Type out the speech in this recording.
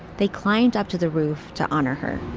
they climbed up to the roof to honor her.